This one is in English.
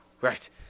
Right